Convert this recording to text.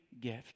gift